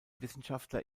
wissenschaftler